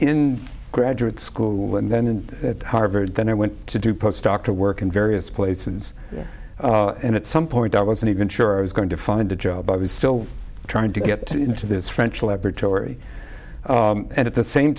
in graduate school and then and at harvard then i went to do postdoc to work in various places and at some point i wasn't even sure i was going to find a job i was still trying to get into this french laboratory at the same